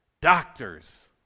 Doctors